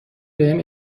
بهم